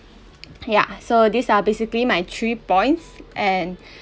ya so these are basically my three points and